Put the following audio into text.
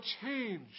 change